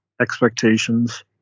expectations